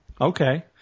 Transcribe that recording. Okay